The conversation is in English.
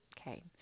Okay